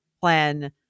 plan